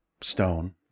stone